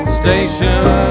station